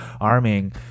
arming